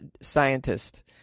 scientist